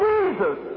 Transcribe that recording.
Jesus